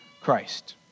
Christ